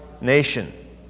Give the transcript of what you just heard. nation